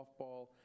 softball